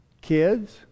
kids